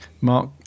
Mark